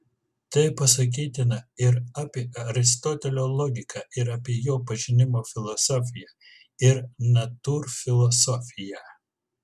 tai pasakytina ir apie aristotelio logiką ir apie jo pažinimo filosofiją ir natūrfilosofiją